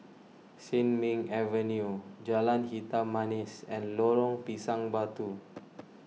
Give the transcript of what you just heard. Sin Ming Avenue Jalan Hitam Manis and Lorong Pisang Batu